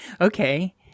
Okay